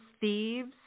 thieves